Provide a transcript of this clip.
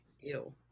ew